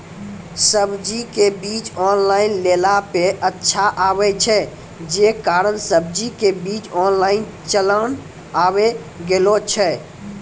सब्जी के बीज ऑनलाइन लेला पे अच्छा आवे छै, जे कारण सब्जी के बीज ऑनलाइन चलन आवी गेलौ छै?